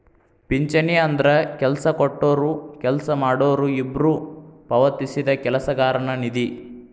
ಪಿಂಚಣಿ ಅಂದ್ರ ಕೆಲ್ಸ ಕೊಟ್ಟೊರು ಕೆಲ್ಸ ಮಾಡೋರು ಇಬ್ಬ್ರು ಪಾವತಿಸಿದ ಕೆಲಸಗಾರನ ನಿಧಿ